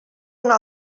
una